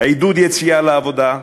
עידוד יציאה לעבודה,